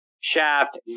shaft